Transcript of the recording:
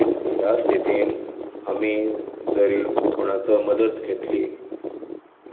ह्या ह्या रिती ह्या स्थितीन आमी जरी कोणाचो मदत घेतली